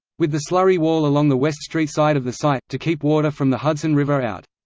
with the slurry wall along the west street side of the site, to keep water from the hudson river out.